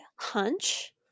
hunch